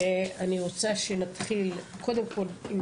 ואני רוצה לשמוע את